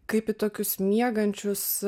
kaip į tokius miegančius